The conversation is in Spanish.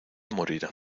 morirá